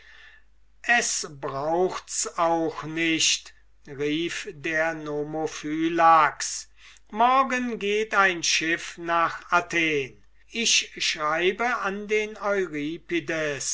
es braucht's auch nicht rief der nomophylax morgen geht ein schiff nach athen ich schreibe an den